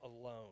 alone